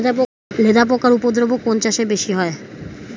লেদা পোকার উপদ্রব কোন চাষে বেশি হয়?